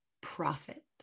prophet